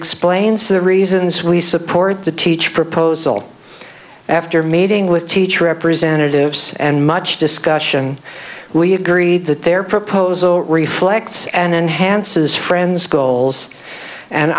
explains the reasons we support the teach proposal after meeting with teacher representatives and much discussion we agreed that their proposal reflects an enhances friends goals and